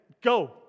go